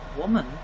woman